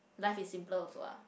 life is simpler also ah